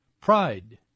Pride